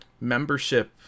membership